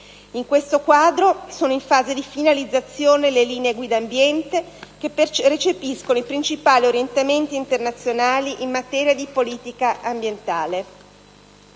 In questo quadro, sono in fase di finalizzazione le linee guida ambiente, che recepiscono i principali orientamenti internazionali in materia di politica ambientale.